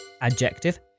adjective